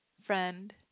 friend